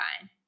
fine